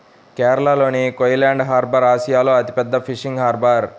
కేరళలోని కోయిలాండి హార్బర్ ఆసియాలో అతిపెద్ద ఫిషింగ్ హార్బర్